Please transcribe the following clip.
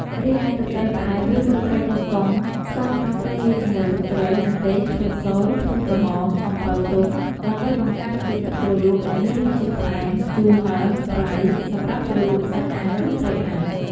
រីឯទឹកត្រីផ្អែមឬទឹកត្រីកោះកុង ស្ករត្នោតត្រូវលាយជាមួយទឹកត្រី ម្ទេស ខ្ទឹមសឬខ្ទឹមក្រហម អំពិលទុំ ដើម្បីបង្កើតជាទឹកជ្រលក់ដែលមានរសជាតិផ្អែម ជូរ ហឹរ ប្រៃ សម្រាប់ជ្រលក់សាច់អាំងឬត្រីអាំង។